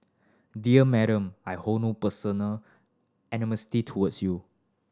dear Madam I hold no personal animosity towards you